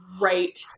right